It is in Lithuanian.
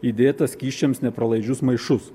įdėtas skysčiams nepralaidžius maišus